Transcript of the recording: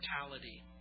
mortality